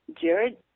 Jared